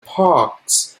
parks